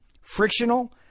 frictional